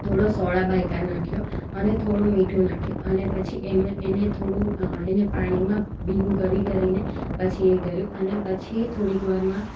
થોડો soda bicarb નાખ્યો અને થોડું મીઠું નાખ્યો અને પછી એમ એને થોડું એને પાણીમાં ભીનું કરી કરીને પછી એ કર્યું અને પછી થોડીક વારમાં